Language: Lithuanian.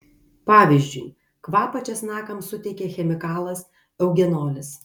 pavyzdžiui kvapą česnakams suteikia chemikalas eugenolis